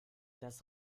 das